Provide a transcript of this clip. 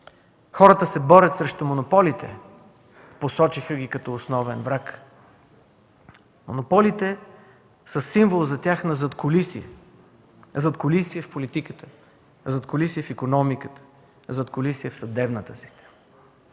Хората се борят срещу монополите, посочиха ги като основен враг. За тях монополите са символ на задкулисие – задкулисие в политиката, задкулисие в икономиката, задкулисие в съдебната система.